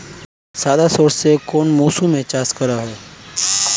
সাদা সর্ষে কোন মরশুমে চাষ করা হয়?